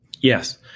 Yes